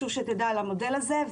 כמו כן,